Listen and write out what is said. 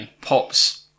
pops